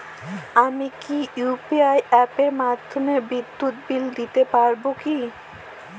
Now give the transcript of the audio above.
আমি কি ইউ.পি.আই অ্যাপের মাধ্যমে বিদ্যুৎ বিল দিতে পারবো কি?